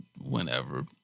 whenever